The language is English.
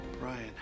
Ryan